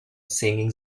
singing